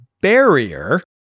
barrier